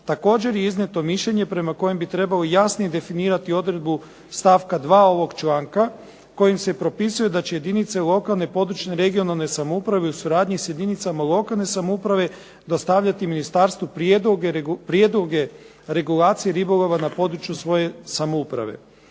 Također je iznijeto mišljenje prema kojem bi trebalo jasnije definirati odredbu stavka 2. ovog članka kojim se propisuje da će jedinice lokalne i područne (regionalne) samouprave u suradnji s jedinicama lokalne samouprave dostavljati ministarstvu prijedloge regulacije ribolova na području svoje samouprave.